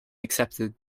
accepted